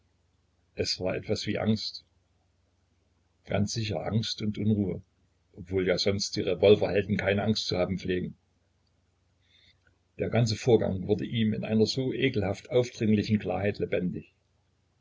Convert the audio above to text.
es war etwas wie angst ganz sicher angst und unruhe obwohl ja sonst die revolverhelden keine angst zu haben pflegen der ganze vorgang wurde in ihm mit einer so ekelhaft aufdringlichen klarheit lebendig